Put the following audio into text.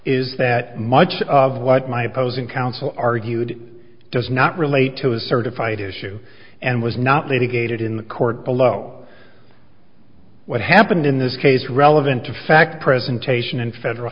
is that much of what my opposing counsel argued does not relate to a certified issue and was not made a gaited in the court below what happened in this case relevant to fact presentation in federal